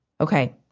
Okay